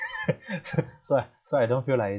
so so so I don't feel like